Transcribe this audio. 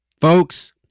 Folks